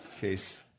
case